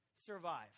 survive